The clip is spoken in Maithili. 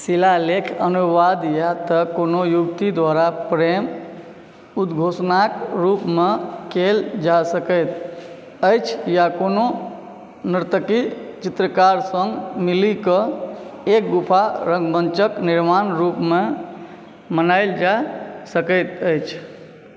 शिलालेखके अनुवाद या तऽ कोनो युवती द्वारा प्रेम उद्घोषणाके रूपमे कएल जा सकैत अछि या कोनो नर्तकी चित्रकार सङ्ग मिलिकऽ एक गुफा रङ्गमञ्चके निर्माण रूपमे मनाएल जा सकैत अछि